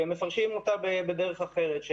והם מפרשים אותה בדרך אחרת,